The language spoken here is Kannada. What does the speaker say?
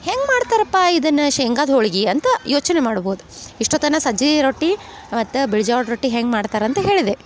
ಹೆಂಗೆ ಮಾಡ್ತರಪ್ಪ ಇದನ್ನ ಶೇಂಗದ ಹೋಳಿಗಿ ಅಂತ ಯೋಚನೆ ಮಾಡ್ಬೋದು ಇಷ್ಟೊತನ ಸಜ್ಜೀ ರೊಟ್ಟಿ ಮತ್ತು ಬಿಳ್ ಜ್ವಾಳ್ದ ರೊಟ್ಟಿ ಹೆಂಗೆ ಮಾಡ್ತಾರೆ ಅಂತ ಹೇಳಿದೆ